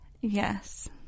Yes